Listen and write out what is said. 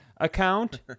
account